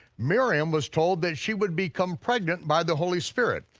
miriam was told that she would become pregnant by the holy spirit.